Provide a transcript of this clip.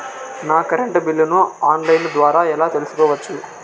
నా కరెంటు బిల్లులను online ద్వారా ఎలా తెలుసుకోవచ్చు?